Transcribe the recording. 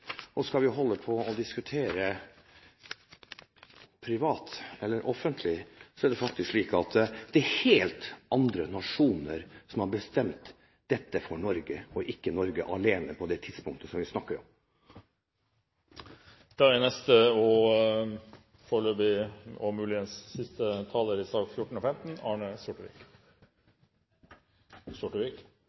1814. Skal vi fortsette å diskutere privat eller offentlig, er det faktisk slik at det er helt andre nasjoner som har bestemt dette for Norge, og ikke Norge alene, på det tidspunktet som vi snakker om. Jeg vil bare kort gjenta både til statsråden og kanskje spesielt til representanten Freddy de Ruiter at det var en samlet kontroll- og konstitusjonskomité som i